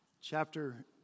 chapter